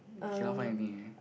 cannot find anything already